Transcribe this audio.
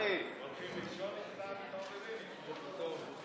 קרעי, הולכים לישון איתך ומתעוררים איתך.